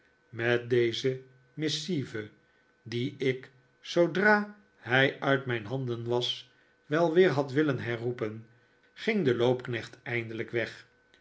met deze missive die ik zoodra hij uit mijn handen was wel weer had willen herroepen ging de loopknecht eindelijk weg